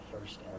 first